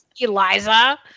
Eliza